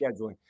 scheduling